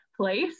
place